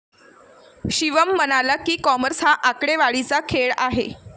शिवम म्हणाला की, कॉमर्स हा आकडेवारीचा खेळ आहे